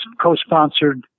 co-sponsored